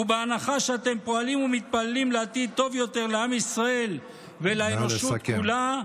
ובהנחה שאתם פועלים ומתפללים לעתיד טוב יותר לעם ישראל ולאנושות כולה,